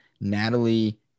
Natalie